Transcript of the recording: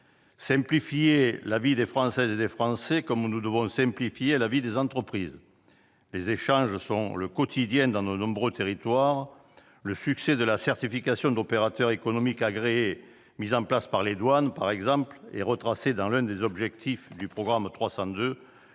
simplifier la vie des Françaises et des Français comme nous devons simplifier la vie des entreprises. Les échanges sont le quotidien dans de nombreux territoires : le succès de la certification d'opérateur économique agréé mise en place par les douanes et retracée dans l'un des objectifs du programme 302